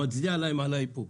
אני מצדיע להם על האיפוק.